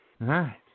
right